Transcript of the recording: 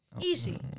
Easy